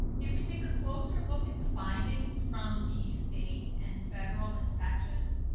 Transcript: if we take a closer look at the findings from the state and federal inspections,